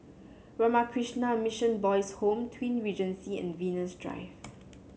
Ramakrishna Mission Boys' Home Twin Regency and Venus Drive